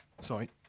Sorry